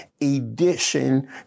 edition